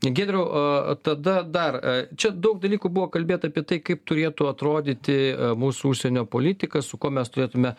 giedriau tada dar čia daug dalykų buvo kalbėta apie tai kaip turėtų atrodyti mūsų užsienio politika su kuo mes turėtume